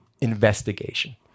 investigation